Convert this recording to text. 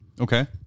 Okay